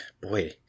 boy